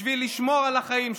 בשביל לשמור על החיים שלנו.